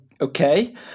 okay